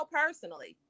personally